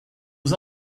was